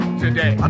today